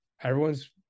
everyone's